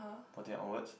but they are outwards